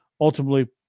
ultimately